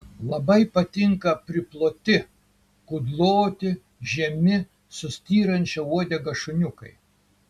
labai patinka priploti kudloti žemi su styrančia uodega šuniukai